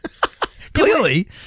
Clearly